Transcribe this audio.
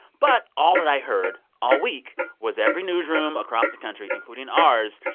but all that i heard all week was every newsroom across the country, including ours,